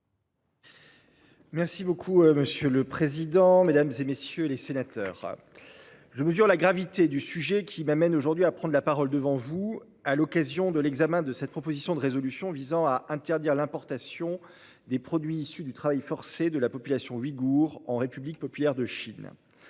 délégué. Monsieur le président, mesdames, messieurs les sénateurs, je mesure la gravité du sujet qui m'amène aujourd'hui à prendre la parole devant vous à l'occasion de l'examen de cette proposition de résolution visant à interdire l'importation des produits issus du travail forcé de la population ouïghoure en République populaire de Chine.